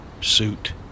suit